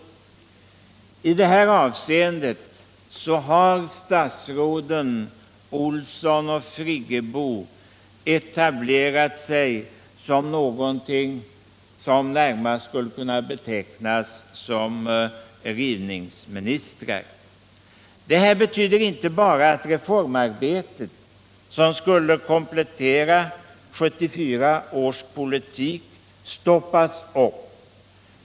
I det här avseendet har statsråden Olsson och 49 Det här betyder inte bara att reformarbetet, som skulle komplettera 1974 års politik, stoppats upp.